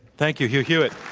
thank you hugh hewitt.